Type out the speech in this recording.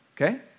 okay